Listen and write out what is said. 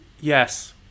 Yes